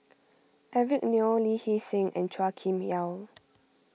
Eric Neo Lee Hee Seng and Chua Kim Yeow